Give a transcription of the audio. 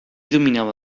dominava